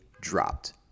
dropped